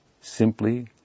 simply